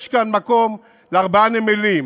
יש כאן מקום לארבעה נמלים.